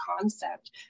concept